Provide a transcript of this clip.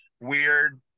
weird